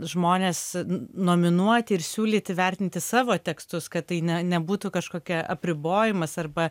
žmones nominuoti ir siūlyti vertinti savo tekstus kad tai ne nebūtų kažkokia apribojimas arba